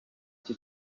cye